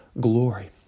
glory